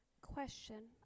Question